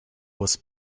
was